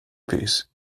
piece